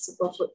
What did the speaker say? superfood